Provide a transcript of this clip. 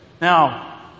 Now